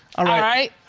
all right.